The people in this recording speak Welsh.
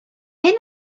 hyn